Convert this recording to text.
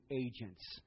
agents